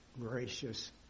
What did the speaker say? gracious